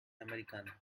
americano